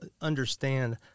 understand